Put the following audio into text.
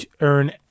earn